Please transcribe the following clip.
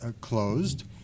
Closed